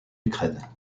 ukraine